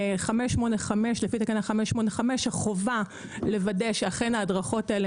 לפי תקנה 585 החובה לוודא שאכן ההדרכות האלה